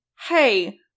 hey